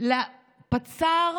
לפצ"ר